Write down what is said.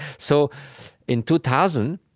so in two thousand,